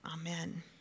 Amen